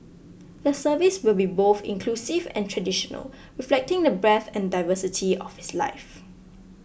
the service will be both inclusive and traditional reflecting the breadth and diversity of his life